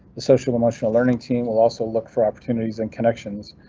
the social emotional learning team will also look for opportunities and connections.